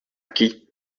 qui